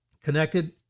connected